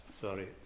sorry